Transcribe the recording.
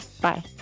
Bye